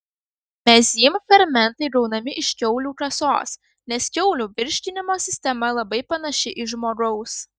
mezym fermentai gaunami iš kiaulių kasos nes kiaulių virškinimo sistema labai panaši į žmogaus